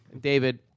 David